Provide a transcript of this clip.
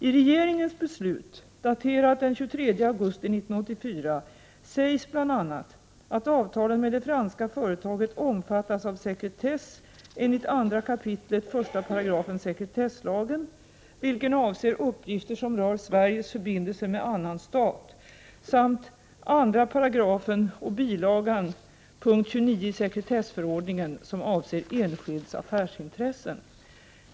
I regeringens beslut, daterat den 23 augusti 1984, sägs bl.a. att avtalen med det franska företaget omfattas av sekretess enligt 2 kap. 1§ sekretesslagen , vilken avser uppgifter som rör Sveriges förbindelser med annan stat, samt 2 § och bilagan punkt 29 i sekretessförordningen , som avser enskilds affärsintressen.